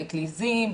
באטליזים,